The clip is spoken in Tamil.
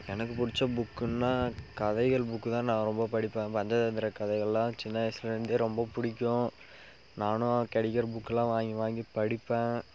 எனக்கு பிடிச்ச புக்குன்னா கதைகள் புக்கு தான் நான் ரொம்ப படிப்பேன் மந்திர தந்திர கதைகள்லாம் சின்ன வயசுலருந்தே ரொம்ப பிடிக்கும் நானும் கிடைக்கிற புக்குலாம் வாங்கி வாங்கி படிப்பேன்